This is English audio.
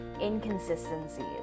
inconsistencies